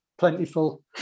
plentiful